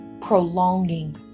prolonging